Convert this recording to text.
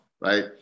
right